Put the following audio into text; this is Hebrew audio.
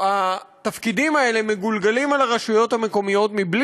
התפקידים האלה מגולגלים על הרשויות המקומיות בלי